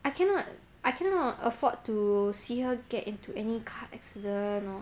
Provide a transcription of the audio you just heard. I cannot I cannot afford to see her get into any car accident or